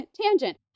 tangent